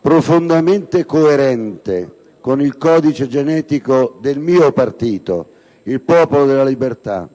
estremamente coerente con il codice genetico del mio partito, il Popolo della Libertà,